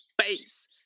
space